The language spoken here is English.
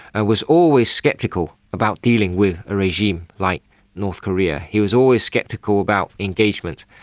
ah was always sceptical about dealing with a regime like north korea. he was always sceptical about engagement,